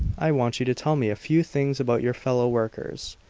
i want you to tell me a few things about your fellow-workers.